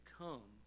come